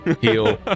heal